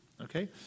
okay